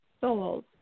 souls